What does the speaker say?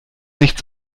nicht